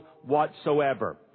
whatsoever